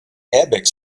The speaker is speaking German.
airbags